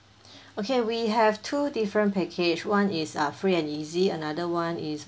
okay we have two different package one is uh free and easy another [one] is